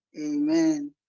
Amen